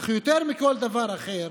אך יותר מכל דבר אחר